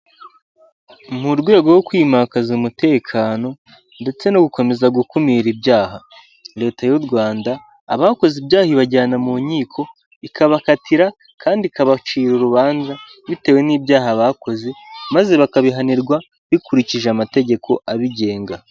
Mu rwego rwo kwimakaza umutekano ndetse no gukomeza gukumira ibyaha, leta y'u Rwanda abakoze ibyaha ibajyana mu nkiko ikabakatira kandi ikabacira urubanza bitewe n'ibyaha bakoze, maze bakabihanirwa bikurikije amategeko abigenga.